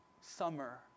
summer